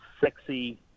sexy